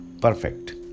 perfect